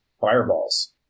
fireballs